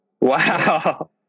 Wow